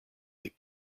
that